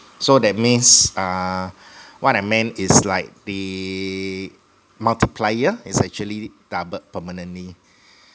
so that means uh what I meant is the multiplier is actually doubled permanently